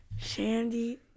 Shandy